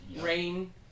Rain